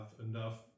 enough